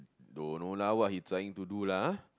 don't know lah why he trying to do lah